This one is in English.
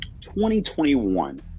2021